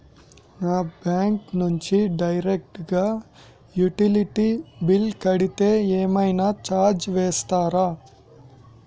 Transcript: నా బ్యాంక్ నుంచి డైరెక్ట్ గా యుటిలిటీ బిల్ కడితే ఏమైనా చార్జెస్ వేస్తారా?